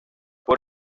por